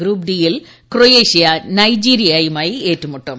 group D യിൽ Croatia നൈജീരിയയുമായി ഏറ്റുമുട്ടും